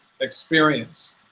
experience